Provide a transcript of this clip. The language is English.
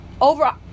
over